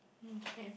mm okay